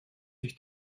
ich